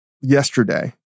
yesterday